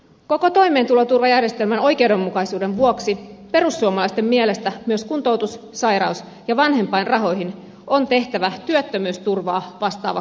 koko toimeentuloturvajärjestelmän oikeudenmukaisuuden vuoksi perussuomalaisten mielestä myös kuntoutus sairaus ja vanhempainrahoihin on tehtävä työttömyysturvaa vastaava korotus